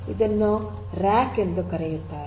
ಇದನ್ನು ರ್ಯಾಕ್ ಎಂದು ಕರೆಯುತ್ತಾರೆ